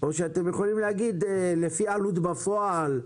אתם יכולים להגיד לפי העלות בפועל.